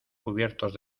cubiertos